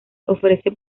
ofrece